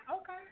Okay